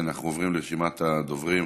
אנחנו עוברים לרשימת הדוברים.